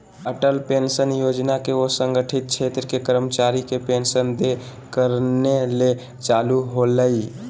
Atal pension Yojana के असंगठित क्षेत्र के कर्मचारी के पेंशन देय करने ले चालू होल्हइ